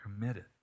committed